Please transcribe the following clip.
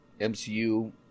MCU